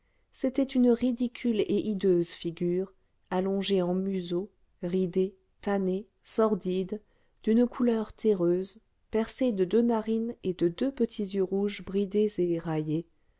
c'était une ridicule et hideuse figure allongée en museau ridée tannée sordide d'une couleur terreuse percée de deux narines et de deux petits yeux rouges bridés et éraillés